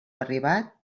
arribat